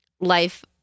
life